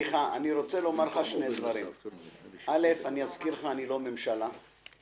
א', אני אזכיר לך, אני לא הממשלה.